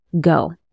go